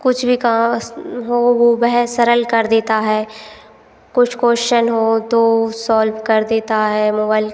कुछ भी का अस हो वो वह सरल कर देता है कुछ कोश्चन हो तो सॉल्व कर देता है मोबाइल